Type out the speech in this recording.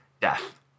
Death